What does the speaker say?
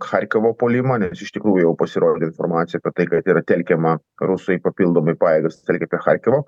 charkevo puolimą nes iš tikrųjų jau pasirodė informacija apie tai kad yra telkiama rusai papildomai pajėgas telkia prie charkevo